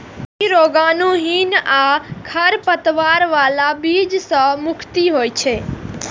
ई रोगाणुहीन आ खरपतवार बला बीज सं मुक्त होइ छै